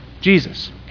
Jesus